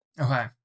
okay